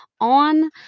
on